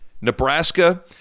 Nebraska